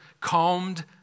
calmed